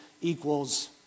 equals